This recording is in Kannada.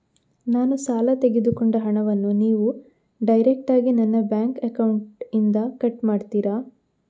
ನಾನು ಸಾಲ ತೆಗೆದುಕೊಂಡ ಹಣವನ್ನು ನೀವು ಡೈರೆಕ್ಟಾಗಿ ನನ್ನ ಬ್ಯಾಂಕ್ ಅಕೌಂಟ್ ಇಂದ ಕಟ್ ಮಾಡ್ತೀರಾ?